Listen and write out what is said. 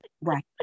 Right